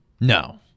No